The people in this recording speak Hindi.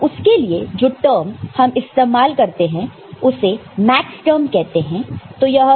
तो उसके लिए जो टर्म हम इस्तेमाल करते हैं उसे मैक्सटर्म कहते हैं